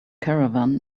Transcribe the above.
caravan